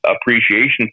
Appreciation